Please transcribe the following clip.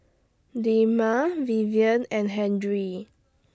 Delma Vivien and Henry